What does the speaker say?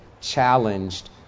challenged